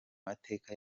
mateka